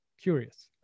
Curious